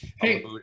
hey